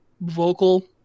vocal